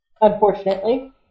Unfortunately